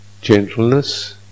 gentleness